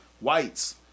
whites